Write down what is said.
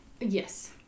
Yes